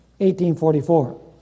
1844